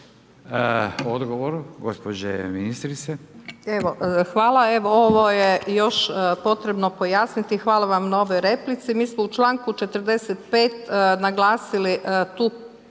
(HDZ)** Evo hvala. Evo ovo je još potrebno pojasniti, hvala vam na ovoj replici. Mi smo u članku 45. naglasili tu